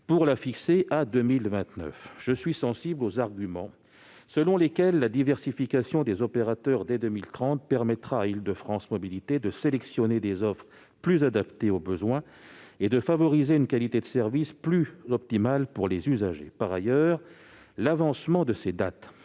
pour la fixer en 2029. Je suis sensible aux arguments selon lesquels une diversification des opérateurs dès 2030 permettra à Île-de-France Mobilités de sélectionner des offres plus adaptées aux besoins et de favoriser une qualité de service optimale pour les usagers. Par ailleurs, l'avancement de ces dates